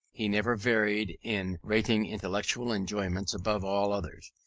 he never varied in rating intellectual enjoyments above all others,